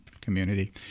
community